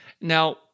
Now